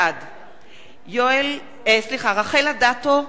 בעד רחל אדטו,